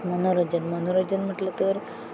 मनोरंजन मनोरंजन म्हटलं तर